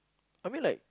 I mean like